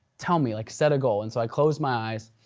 tell me, like set a goal. and so i closed my eyes,